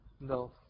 No